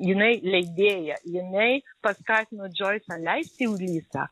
jinai leidėja jinai paskatino džoisą leisti ulisą